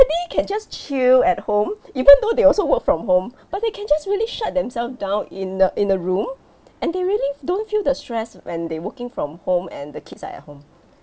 ~dy can just chill at home even though they also work from home but they can just really shut themselves down in a in the room and they really don't feel the stress when they working from home and the kids are at home